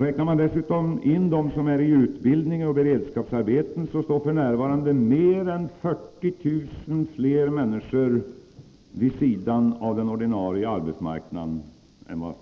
Räknar man dessutom in dem som är i utbildning och i beredskapsarbeten står f. n. mer än 40 000 fler människor vid sidan av den ordinarie arbetsmarknaden än